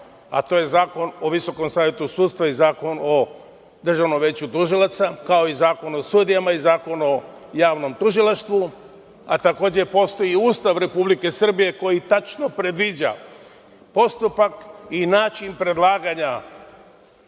a to je Zakon o Visokom savetu sudstva i Zakon o Državnom veću tužilaca, kao i Zakon o sudijama i Zakon o javnom tužilaštvu, a takođe, postoji i Ustav Republike Srbije koji tačno predviđa postupak i način predlaganja